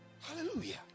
hallelujah